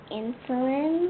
insulin